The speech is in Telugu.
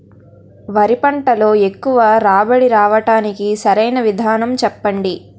వరి పంటలో ఎక్కువ రాబడి రావటానికి సరైన విధానం చెప్పండి?